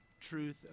truth